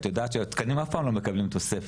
את יודעת הרי שבתקנים אף פעם לא מקבלים תוספת.